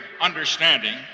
understanding